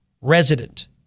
Resident